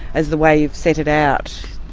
as the way you've set it out